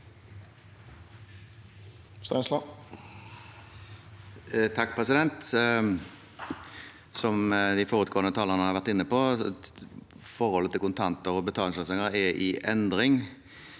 Stensland (H) Som de foregå- ende talerne har vært inne på: Forholdet til kontanter og betalingsløsninger er i endring.